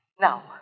Now